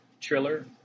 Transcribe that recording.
triller